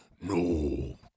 No